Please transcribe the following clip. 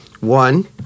One